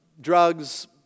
drugs